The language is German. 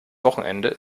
wochenende